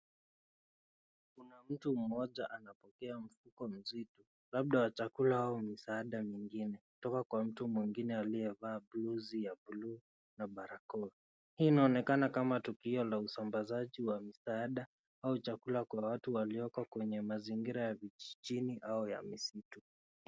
Kuna mtu mmoja anapokea mzigi mzito, labda wa chakula au misaada mingine kutoka kwa mtu mwengine aliyevaa blausi ya buluu na barakoa. Hii inaonekana kama tukio la usambazaji wa misaada au chakula kwa watu walioko kwa mazingira ya vijijini au ya misitu.